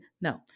no